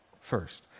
first